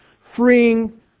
freeing